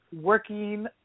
working